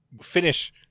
finish